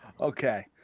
Okay